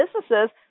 businesses